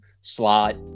slot